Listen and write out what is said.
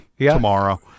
tomorrow